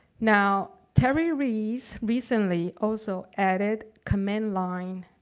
now, terry reese recently also added comment line